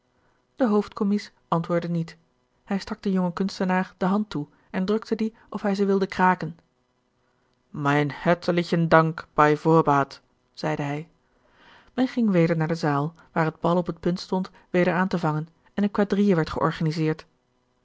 de hoofdcommies antwoordde niet hij stak den jongen kunstenaar de hand toe en drukte die of hij ze wilde kraken mein hertelichen dank bei vorbaat zeide hij men ging weder naar de zaal waar het bal op het punt stond weder aan te vangen en eene quadrille werd georganiseerd